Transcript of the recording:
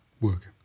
work